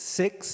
six